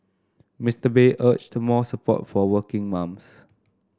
Mister Bay urged the more support for working mums